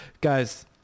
Guys